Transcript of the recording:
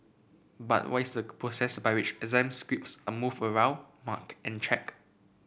but what is the process by which exam scripts are moved around marked and checked